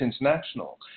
international